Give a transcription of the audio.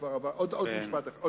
אנחנו